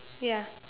ya